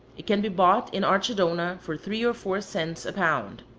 it can be bought in archidona for three or four cents a pound.